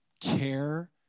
care